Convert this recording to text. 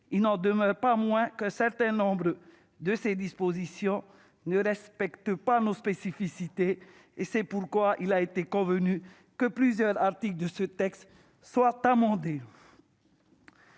il n'en demeure pas moins qu'un certain nombre de ses dispositions ne respectent pas nos spécificités : c'est pourquoi nous sommes convenus d'amender plusieurs articles de ce texte. Mes chers